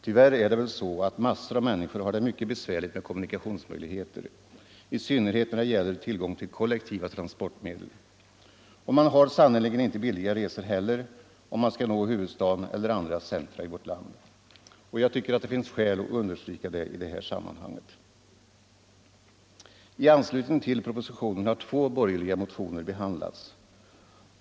Tyvärr är det väl så att massor av människor har det mycket besvärligt med kommunikationsmöjligheter, i synnerhet när det gäller tillgång till kollektiva transportmedel. Och man har sannerligen inte billiga resor heller om man skall nå huvudstaden eller andra centra i vårt land. Jag tycker det finns skäl att understryka detta i det här sammanhanget. I anslutning till propositionen har två borgerliga motioner behandlats.